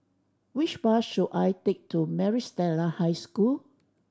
which bus should I take to Maris Stella High School